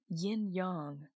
Yin-yang